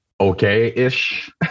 okay-ish